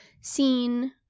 seen